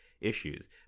issues